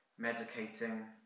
medicating